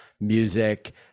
music